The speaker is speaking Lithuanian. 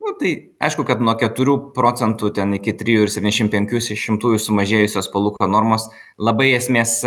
o tai aišku kad nuo keturių procentų ten iki trijų ir septyniasdešim penkių šimtųjų sumažėjusios palūkanų normos labai esmės